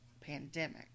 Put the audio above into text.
pandemic